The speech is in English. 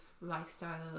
lifestyle